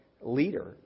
leader